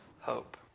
hope